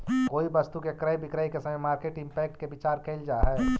कोई वस्तु के क्रय विक्रय के समय मार्केट इंपैक्ट के विचार कईल जा है